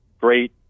great